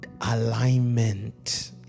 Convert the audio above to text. alignment